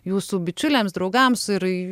jūsų bičiuliams draugams ir